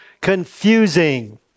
confusing